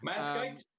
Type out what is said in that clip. Manscaped